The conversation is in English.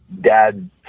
dad